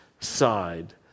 side